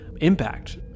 impact